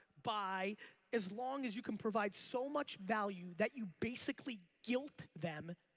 buy as long as you can provide so much value that you basically guilt them